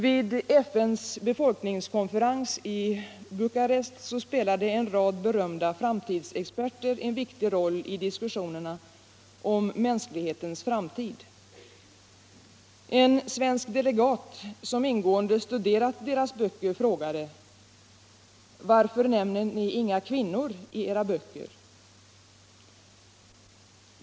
|" Vid FN:s befolkningskonferens i Bukarest spelade en rad berömda framtidsexperter en viktig roll i diskussionerna om mänsklighetens framtid. En svensk delegat som ingående studerat deras böcker frågade: Varför nämner ni inga kvinnor i era böcker?